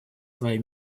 свои